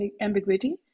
ambiguity